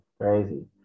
crazy